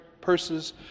purses